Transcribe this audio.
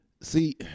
see